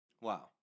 Wow